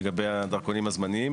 לגבי הדרכונים הזמניים